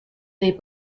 they